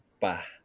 pa